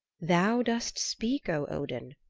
thou dost speak, o odin,